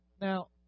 Now